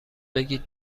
بگید